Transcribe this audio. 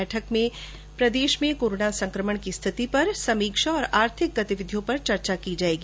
बैठक में प्रदेश में कोरोना संक्रमण की स्थिति पर समीक्षा और आर्थिक गतिविधियों पर चर्चा की जाएगी